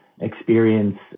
experience